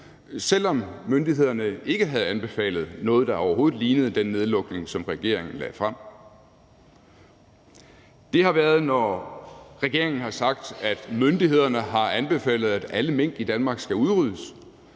selv om myndighederne ikke havde anbefalet noget, der overhovedet lignede den nedlukning, som regeringen lagde frem. Det har været, når regeringen har sagt, at myndighederne har anbefalet, at alle mink i Danmark skal udryddes,